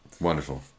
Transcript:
Wonderful